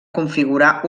configurar